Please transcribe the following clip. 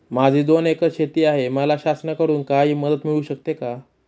माझी दोन एकर शेती आहे, मला शासनाकडून काही मदत मिळू शकते का?